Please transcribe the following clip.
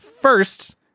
First